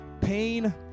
pain